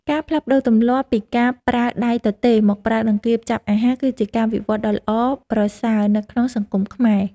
ការផ្លាស់ប្តូរទម្លាប់ពីការប្រើដៃទទេមកប្រើដង្កៀបចាប់អាហារ គឺជាការវិវត្តដ៏ល្អប្រសើរនៅក្នុងសង្គមខ្មែរ។